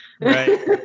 Right